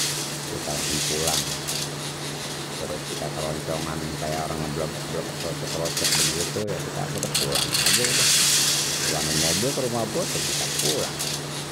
Kita langsung pulang perut kita keroncongan kayak orang ngeblebek blebek krocok krocok begitu ya kita akhir pulang aja udah pulangin mobil kerumah bos kita pulang